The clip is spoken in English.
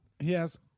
Yes